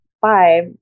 five